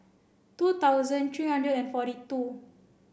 two thousand three hundred and forty two